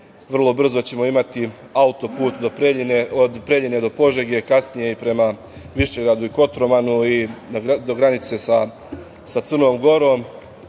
Vrlo brzo ćemo imati autoput do Preljine, od Preljine do Požege, kasnije i prema Višegradu i Kotromanu, do granice sa Crnom